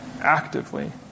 actively